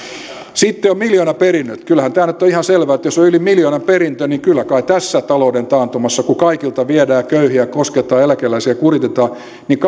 sitten on miljoonaperinnöt kyllähän tämä nyt on ihan selvää että jos on yli miljoonan perintö niin kyllä kai tässä talouden taantumassa kun kaikilta viedään ja köyhiä kosketaan ja eläkeläisiä kuritetaan